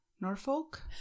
Norfolk